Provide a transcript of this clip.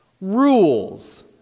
rules